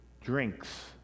drinks